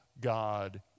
God